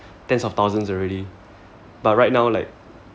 tens of thousands already but right now like